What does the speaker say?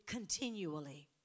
continually